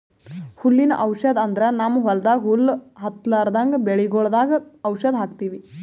ಹುಲ್ಲಿನ್ ಔಷಧ್ ಅಂದ್ರ ನಮ್ಮ್ ಹೊಲ್ದಾಗ ಹುಲ್ಲ್ ಹತ್ತಲ್ರದಂಗ್ ಬೆಳಿಗೊಳ್ದಾಗ್ ಔಷಧ್ ಹಾಕ್ತಿವಿ